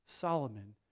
Solomon